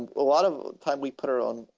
and a lot of time we put it on,